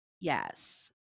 Yes